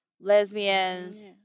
lesbians